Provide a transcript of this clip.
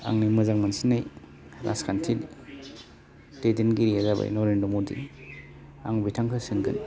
आंनि मोजां मोनसिननाय राजखान्थि दैदेनगिरिया जाबाय नरेन्द्र मदि आं बिथांखौ सोंगोन